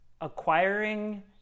acquiring